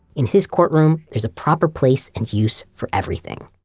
in his courtroom, there's a proper place and use for everything.